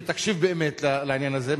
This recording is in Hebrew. ותקשיב באמת לעניין הזה,